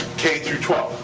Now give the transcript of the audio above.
k through twelve.